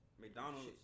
McDonald's